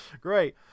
Great